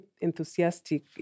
enthusiastic